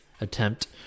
attempt